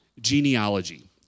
genealogy